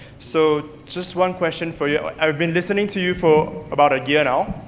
so, just one question for you, i've been listening to you for about a year now,